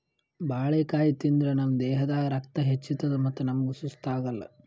ಬಾಳಿಕಾಯಿ ತಿಂದ್ರ್ ನಮ್ ದೇಹದಾಗ್ ರಕ್ತ ಹೆಚ್ಚತದ್ ಮತ್ತ್ ನಮ್ಗ್ ಸುಸ್ತ್ ಆಗಲ್